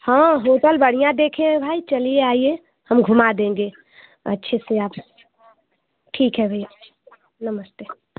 हाँ होटल बढ़िया देखें हैं भाई चलिए आइए हम घुमा देंगे अच्छे से आप ठीक है भैया नमस्ते